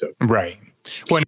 Right